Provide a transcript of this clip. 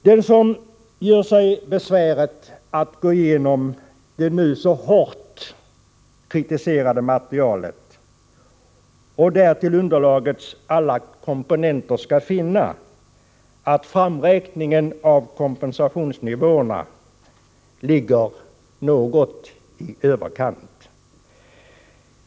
Den som gör sig besväret att gå igenom det nu så hårt kritiserade materialet och därtill underlagets alla komponenter skall finna att framräkningen av kompensationsnivåerna ligger något i överkant.